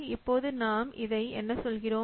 இப்போது நாம் இதை என்ன சொல்கிறோம்